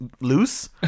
loose